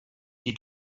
qui